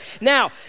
Now